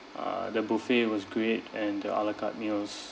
uh the buffet was great and the a la carte meals